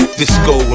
disco